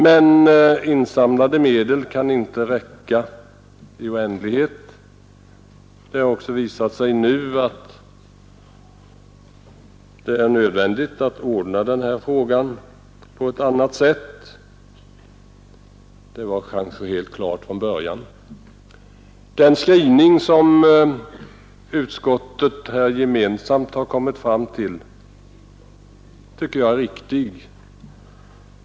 Men insamlade medel kan inte räcka i oändlighet. Det har också visat sig nu att det är nödvändigt att lösa denna fråga på ett annat sätt, vilket var helt klart från början. Den skrivning i samband med behandlingen av en motion i ärendet som utskottet gemensamt har kommit fram till tycker jag är riktig.